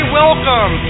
welcome